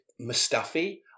Mustafi